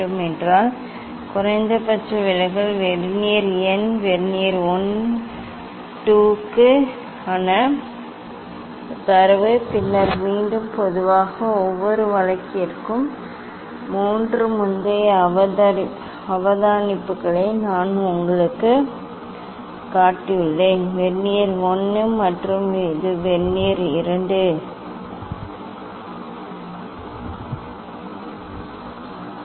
மீண்டும் குறைந்தபட்ச விலகல் வெர்னியர் எண் வெர்னியர் 1 வெர்னியர் 2 க்கான இந்த தரவு பின்னர் மீண்டும் பொதுவாக ஒவ்வொரு வழக்கிற்கும் மூன்று முந்தைய அவதானிப்புகளை நான் உங்களுக்குக் காட்டியுள்ளேன் வெர்னியர் 1 மற்றும் இது வெர்னியர் 2 சரி